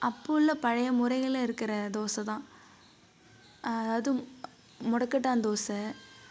அப்போ உள்ள பழைய முறைகளை இருக்கிற தோசைதான் அதுவும் முடக்கட்டான் தோசை